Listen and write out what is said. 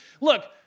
look